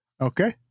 okay